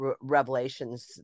revelations